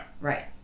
Right